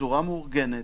בצורה מאורגנת,